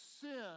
sin